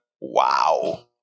Wow